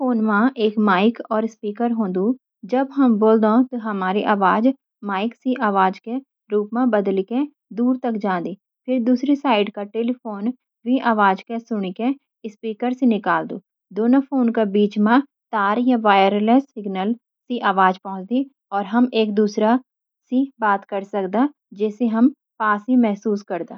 टेलीफोन मा एक माइक और स्पीकर होन्दी। जब हम बोलदो त, हमारी आवाज़ माइक की आवाज़ के रूप में बदलके दूर तक चली जादी। फिर, दूसरी साइड का टेलीफोन वि आवाज़ के सुनी के स्पीकर सी निकालदु । दोनों फोन के बीच तार या वायरलेस सिग्नल से आवाज़ पहुंचदी, और हम एक-दूसरे से बात करी सकदा, जैसे हम पास ही महसूस करदा ।